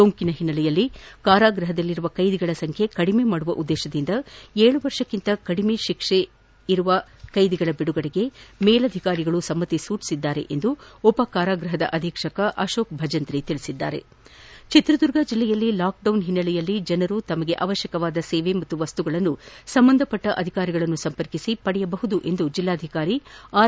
ಸೋಂಕಿನ ಒನ್ನೆಲೆಯಲ್ಲಿ ಕಾರಾಗೃಪದಲ್ಲಿರುವ ಕೈದಿಗಳ ಸಂಖ್ಯೆ ಕಡಿಮೆ ಮಾಡುವ ಉದ್ದೇಶದಿಂದ ಏಳು ವರ್ಷಕ್ಕೆಂತ ಕಡಿಮೆ ಶಿಕ್ಷೆಗೆ ಇವರ ಬಿಡುಗಡೆಗೆ ಮೇಲಧಿಕಾರಿಗಳು ಸಮ್ಮಿ ಸೂಚಿಸಿದ್ದಾರೆ ಎಂದು ಉಪ ಕಾರಾಗೃಹದ ಅಧೀಕ್ಷಕ ಅಶೋಕ ಭಜಂತ್ರಿ ತಿಳಿಸಿದ್ದಾರೆ ಚಿತ್ರದುರ್ಗ ಜಿಲ್ಲೆಯಲ್ಲಿ ಲಾಕ್ ಡೌನ್ ಓನ್ನೆಲೆಯಲ್ಲಿ ಜನರು ತಮಗೆ ಅವಶ್ಯಕವಾದ ಸೇವೆ ಹಾಗೂ ವಸ್ತುಗಳನ್ನು ಸಂಬಂಧಪಟ್ಟ ಅಧಿಕಾರಿಗಳನ್ನು ಸಂಪರ್ಕಿಸಿ ಪಡೆಯಬಹುದು ಎಂದು ಜಿಲ್ಲಾಧಿಕಾರಿ ಆರ್